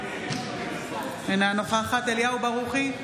אינה נוכחת אליהו ברוכי,